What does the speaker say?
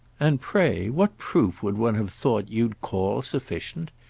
and pray what proof would one have thought you'd call sufficient?